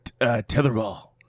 tetherball